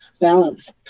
balance